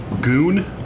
Goon